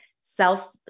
self